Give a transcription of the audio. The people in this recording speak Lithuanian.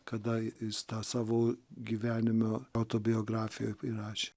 kada jis tą savo gyvenime autobiografijoj rašė